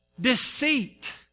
deceit